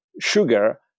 sugar